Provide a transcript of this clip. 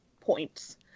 points